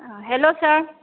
हेल' सार